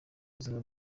buzima